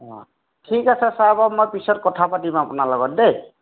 অঁ ঠিক আছে ছাৰ বাৰু মই পিছত কথা পাতিম আপোনাৰ লগত দেই